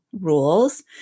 rules